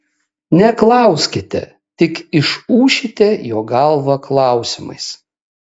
neklauskite tik išūšite jo galvą klausimais